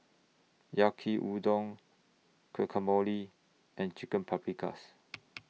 Yaki Udon Guacamole and Chicken Paprikas